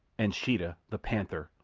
and sheeta, the panther,